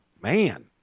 man